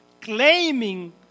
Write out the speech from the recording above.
claiming